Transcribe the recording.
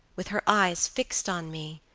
with her eyes fixed on me,